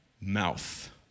mouth